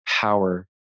power